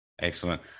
excellent